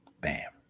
Bam